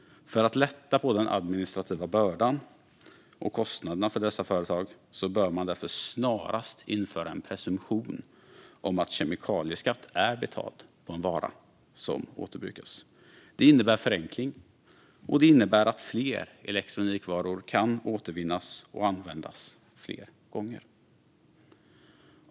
För att lätta på den administrativa bördan och kostnaderna för dessa företag bör man därför snarast införa en presumtion om att kemikalieskatt är betald på en vara som återbrukas. Det innebär förenkling, och det innebär att fler elektronikvaror kan återvinnas och användas fler gånger.